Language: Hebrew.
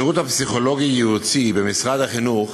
השירות הפסיכולוגי-ייעוצי במשרד החינוך